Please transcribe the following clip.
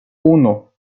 uno